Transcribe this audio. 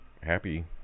happy